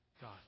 God